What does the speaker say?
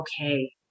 okay